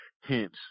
hence